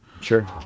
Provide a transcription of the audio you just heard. Sure